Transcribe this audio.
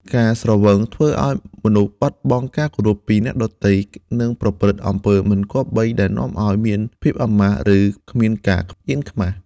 ការស្រវឹងធ្វើឱ្យមនុស្សបាត់បង់ការគោរពពីអ្នកដទៃ និងប្រព្រឹត្តអំពើមិនគប្បីដែលនាំឱ្យមានភាពអាម៉ាស់ ឬគ្មានការអៀនខ្មាស។